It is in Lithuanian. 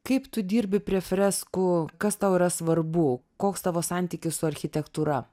kaip tu dirbi prie freskų kas tau yra svarbu koks tavo santykis su architektūra